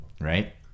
right